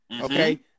Okay